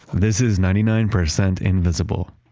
this is ninety nine percent invisible.